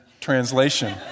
translation